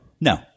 No